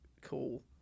cool